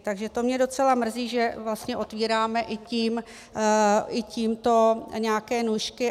Takže to mě docela mrzí, že vlastně otvíráme i tímto nějaké nůžky.